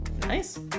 Nice